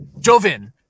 Jovin